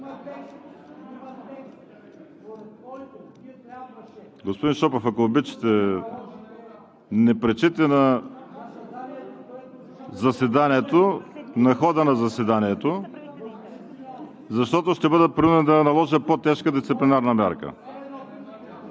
Господин Шопов, ако обичате, не пречете на заседанието, на хода на заседанието, защото ще бъда принуден да наложа по-тежка дисциплинарна мярка!